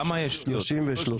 14